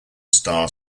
star